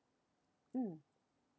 mm